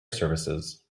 services